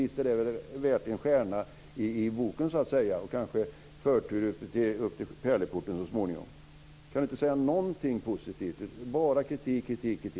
Visst är det väl värt en stjärna i boken och kanske förtur upp till pärleporten så småningom? Kan inte Ingegerd Saarinen säga någonting positivt utan bara komma med kritik?